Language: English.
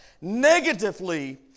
negatively